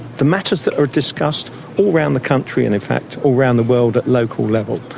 the matters that are discussed all round the country and in fact all round the world at local level.